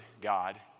God